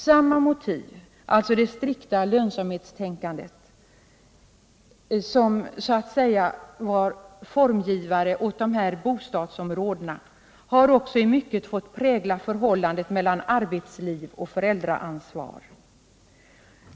Samma motiv —alltså det strikta lönsamhetstänkandet — som så att säga var formgivare åt de här bostadsområdena har också i mycket fått prägla förhållandet mellan arbetsliv och föräldransvar.